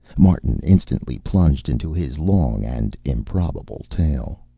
martin instantly plunged into his long and improbable tale.